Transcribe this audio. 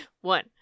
One